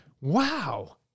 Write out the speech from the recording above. Wow